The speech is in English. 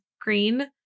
Green